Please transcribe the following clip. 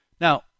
Now